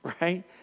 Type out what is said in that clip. right